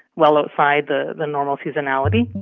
well outside the the normal seasonality